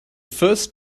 first